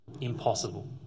impossible